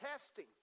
testing